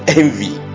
envy